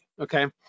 okay